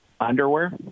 Underwear